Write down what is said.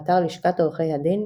באתר לשכת עורכי הדין,